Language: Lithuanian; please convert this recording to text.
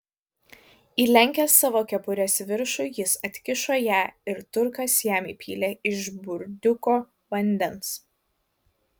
įlenkęs savo kepurės viršų jis atkišo ją ir turkas jam įpylė iš burdiuko vandens